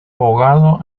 abogado